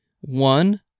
One